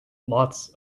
lots